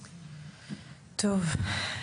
טוב,